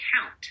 count